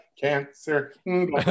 cancer